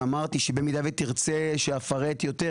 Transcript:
אמרתי שבמידה ותרצה שאפרט יותר,